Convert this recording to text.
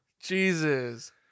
Jesus